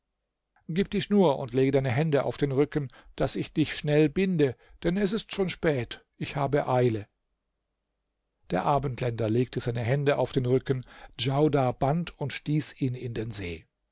gib die schnur und lege deine hände auf den rücken daß ich dich schnell binde denn es ist schon spät ich habe eile der abendländer legte seine hände auf den rücken djaudar band und stieß ihn in den see